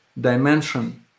dimension